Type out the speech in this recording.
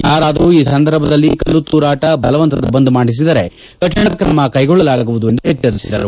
ಯಾರಾದರೂ ಈ ಸಂದರ್ಭದಲ್ಲಿ ಕಲ್ಲು ತೂರಾಟ ಬಲವಂತದ ಬಂದ್ ಮಾಡಿಸಿದರೆ ಕಠಿಣ ಕ್ರಮ ಕೈಗೊಳ್ಳಲಾಗುವುದು ಎಂದು ಎಚ್ಚರಿಸಿದರು